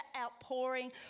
outpouring